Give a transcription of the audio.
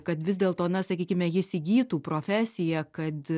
kad vis dėlto na sakykime jis įgytų profesiją kad